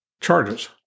charges